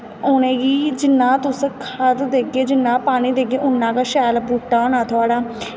उ'नें गी जिन्ना तुस खाध देगे जिन्ना पानी देगे उन्ना गै शैल बूह्टा होना तुआढ़ा